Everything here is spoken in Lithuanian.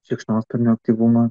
šikšnosparnių aktyvumą